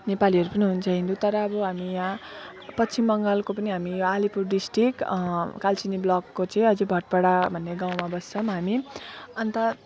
नेपालीहरू पनि हुन्छ हिन्दू तर अब हामी यहाँ पश्चिम बङ्गालको पनि हामी अलिपुर डिस्ट्रिक्ट कालचिनी ब्लकको चाहिँ अझ भटपाडा भन्ने गाउँमा बस्छौँ हामी अन्त